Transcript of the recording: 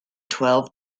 twelve